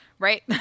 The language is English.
Right